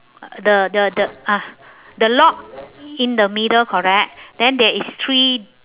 uh the the the ah the lock in the middle correct then there is three